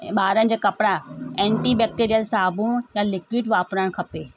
ऐं ॿारनि जा कपिड़ा एंटी बैक्टेरीयल साबूणु या लिक्विड वापराइणु खपे